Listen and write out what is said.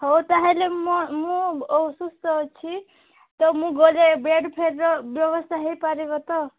ହଉ ତାହାଲେ ମୁଁ ଅସୁସ୍ଥ ଅଛି ତ ମୁଁ ଗଲେ ବେଡ୍ ଫେଡ୍ର ବ୍ୟବସ୍ଥା ହୋଇପାରିବ ତ